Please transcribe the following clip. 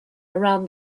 around